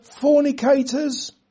fornicators